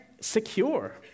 secure